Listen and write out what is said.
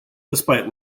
despite